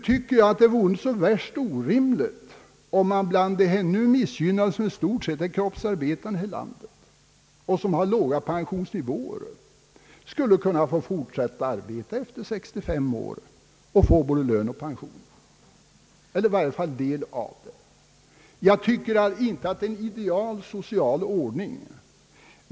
Det vore inte så värst orimligt om de nu missgynnade, som i stort sett är kroppsarbetarna här i landet med deras låga pensionsnivå skulle kunna få fortsätta att arbeta efter 65 års ålder och få både lön och pension, eller i varje fall en del av pensionen. Jag anser inte att detta är en ideal social ordning.